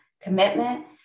commitment